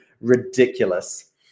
ridiculous